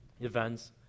events